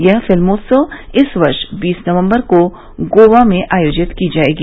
यह फिल्मोत्सव इस वर्ष बीस नवम्बर से गोवा में आयोजित की जाएगी